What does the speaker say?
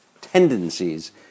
tendencies